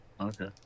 Okay